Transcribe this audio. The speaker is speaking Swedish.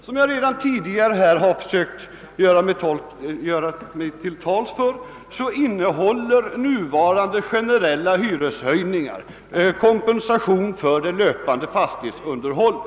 Som jag redan tidigare försökt framhålla innehåller nu gällande bestämmelser om generella hyreshöjningar kompensation för löpande fastighetsunderhåll.